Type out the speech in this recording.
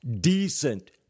decent